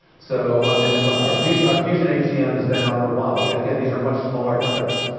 so, um in the cloud. our fusion our fusion hcm has been out for a while, yeah again these are much smaller companies.